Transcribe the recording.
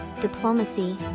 diplomacy